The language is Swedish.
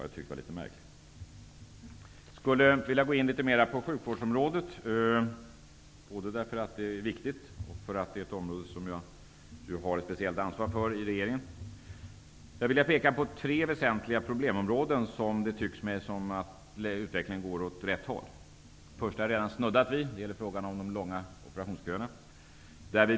Jag skulle vilja gå in litet mer på sjukvårdsområdet, både därför att det är viktigt och därför att det är ett område som jag har ett speciellt ansvar för i regeringen. Jag vill peka på tre väsentliga problemområden, där det tycks mig som om utvecklingen går åt rätt håll. Jag har redan snuddat vid det första området, nämligen frågan om de långa operationsköerna.